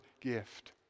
gift